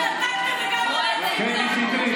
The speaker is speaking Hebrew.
אל תטיפי לנו.